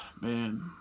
man